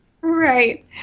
Right